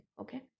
okay